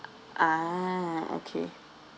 ah okay